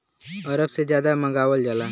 अरब से जादा मंगावल जाला